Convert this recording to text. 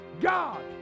God